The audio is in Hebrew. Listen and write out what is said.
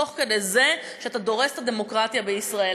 תוך כדי זה שאתה דורס את הדמוקרטיה בישראל.